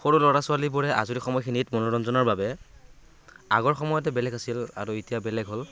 সৰু ল'ৰা ছোৱালীবোৰে আজৰি সময়খিনিত মনোৰঞ্জনৰ বাবে আগৰ সময়তে বেলেগ আছিল আৰু এতিয়াও বেলেগ হ'ল